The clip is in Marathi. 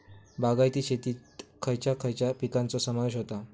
बागायती शेतात खयच्या खयच्या पिकांचो समावेश होता?